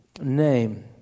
name